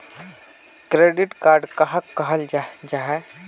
Credit card कहाक कहाल जाहा जाहा?